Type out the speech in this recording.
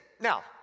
now